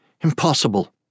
Impossible